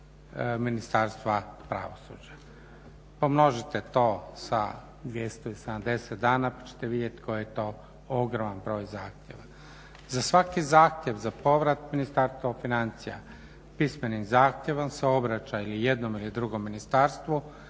Ministarstva pravosuđa? Pomnožite to sa 270 dana pa ćete vidjeti koji je to ogroman broj zahtjeva. Za svaki zahtjev za povrat Ministarstvo financija pismenim zahtjevom se obraća ili jednom ili drugom ministarstvu